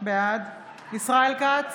בעד ישראל כץ,